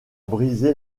briser